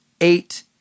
eight